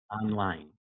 online